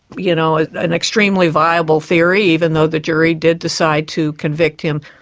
you know ah an extremely viable theory, even though the jury did decide to convict him.